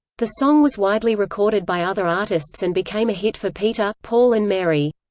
the song was widely recorded by other artists and became a hit for peter, paul and mary.